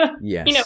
Yes